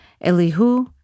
Elihu